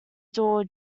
door